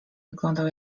wyglądał